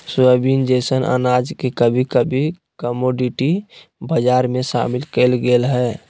soybean जैसन अनाज के अभी अभी कमोडिटी बजार में शामिल कइल गेल हइ